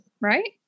right